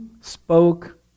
spoke